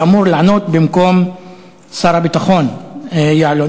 שאמור לענות במקום שר הביטחון יעלון.